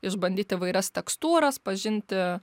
išbandyt įvairias tekstūras pažinti